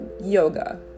yoga